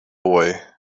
boy